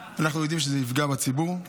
אנחנו יודעים שזה יפגע בציבור.